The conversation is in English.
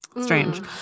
strange